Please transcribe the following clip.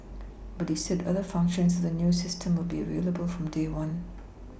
but he said other functions of the new system will be available from day one